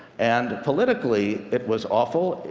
and politically, it was awful.